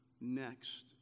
next